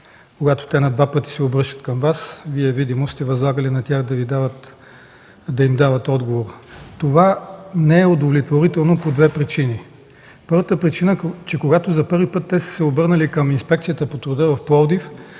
Когато те на два пъти се обръщат към Вас, Вие видимо сте възлагали на инспекцията да им дава отговор. Това не е удовлетворително по две причини. Първата причина е, че когато за първи път те са се обърнали към Инспекцията по труда в Пловдив,